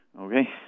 Okay